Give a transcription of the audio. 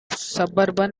suburban